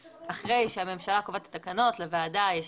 שאחרי שהממשלה קובעת את התקנות לוועדה יש